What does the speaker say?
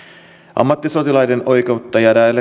ammattisotilaiden oikeutta jäädä